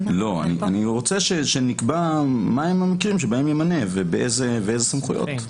אני רוצה שנקבע מה הם המקרים בהם ימנה ואיזה סמכויות.